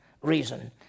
reason